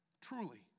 Truly